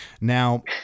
Now